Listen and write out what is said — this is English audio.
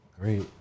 Great